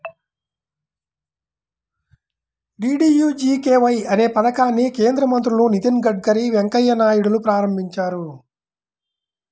DDUGKY అనే పథకాన్ని కేంద్ర మంత్రులు నితిన్ గడ్కరీ, వెంకయ్య నాయుడులు ప్రారంభించారు